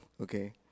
Okay